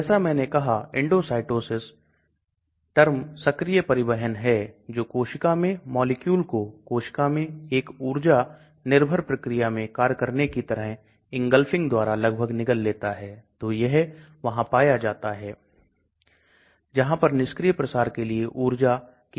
जैसा कि मैंने कहा कि अगर आपके पास क्लोरोफॉर्म जैसा विलायक है तो आपके पास आयनीकरण नहीं होने वाला है इसलिए यह शब्द प्रायोगिक रूप से शून्य हो जाएगा तो आपके पास जलीय अवस्था में 2 रूपों में एक दवा होगी आयनिक और गैर आयनिक लेकिन विलायक में आपके पास ऐसा नहीं होगा